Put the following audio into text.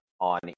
on